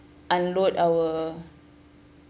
unload our